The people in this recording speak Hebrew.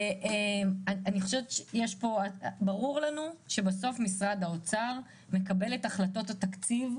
לנו שבסוף משרד האוצר מקבל את החלטות התקציב,